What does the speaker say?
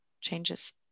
changes